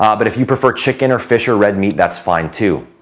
um but if you prefer chicken, or fish or red meat, that's fine too.